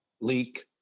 leak